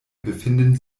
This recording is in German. befinden